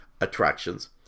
attractions